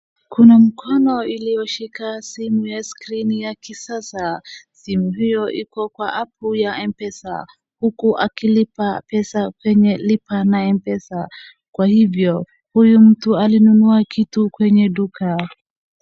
Kuna mkono ilioshika simu ya skrini ya kisasa. Simu hio iko kwa apu ya M-PESA uku akilipa pesa kwenye lipa na M-PESA. Kwa hivyo huyu mtu alinunua kitu kwenye duka.